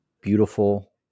beautiful